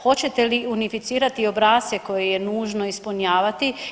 Hoćete li unificirati obrasce koje je nužno ispunjavati?